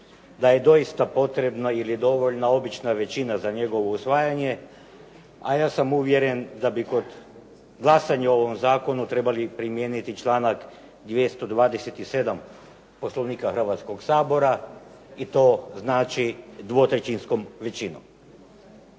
da je doista potrebno ili je dovoljna obična većina za njegovo usvajanje, a ja sam uvjeren da bi kod glasanja o ovom zakonu trebali primijeniti članak 227. Poslovnika Hrvatskog sabora i to znači dvotrećinskom većinom.